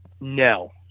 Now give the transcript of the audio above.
No